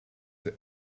the